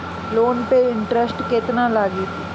Loan पे interest केतना लागी?